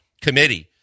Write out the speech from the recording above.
committee